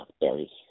Berry